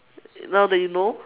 now that you know